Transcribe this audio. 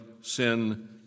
sin